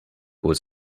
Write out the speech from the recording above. was